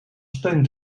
steun